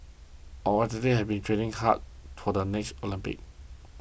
our athletes have been training hard for the next Olympics